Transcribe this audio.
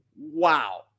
Wow